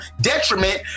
Detriment